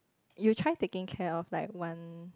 you try taking care of like one